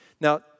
Now